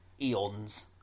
eons